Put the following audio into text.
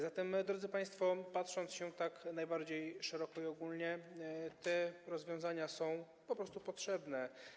Zatem, drodzy państwo, patrząc na to tak najbardziej szeroko i ogólnie, te rozwiązania są po prostu potrzebne.